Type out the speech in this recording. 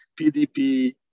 PDP